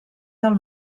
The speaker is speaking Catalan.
del